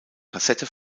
kassette